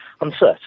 uncertain